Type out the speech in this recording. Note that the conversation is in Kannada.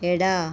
ಎಡ